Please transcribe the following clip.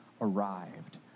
arrived